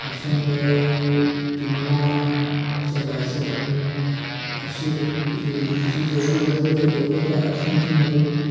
आरशांमुळे तुम्हाला त्या लायसेन आणि आर शी बुक इ ची जेवढी मदत होते तेवढीच त्या आरशांची मदत होते